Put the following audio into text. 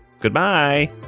Goodbye